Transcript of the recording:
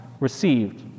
received